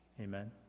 Amen